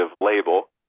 label